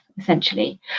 essentially